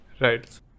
Right